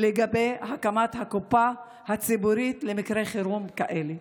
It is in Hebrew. לגבי הקמת הקופה הציבורית למקרי חירום כאלה.